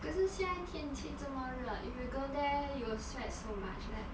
可是现在天气这么热 if you go there you will sweat so much leh